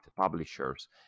publishers